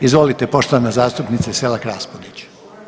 Izvolite poštovana zastupnice Selak-Raspudić.